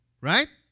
Right